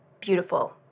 beautiful